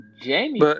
Jamie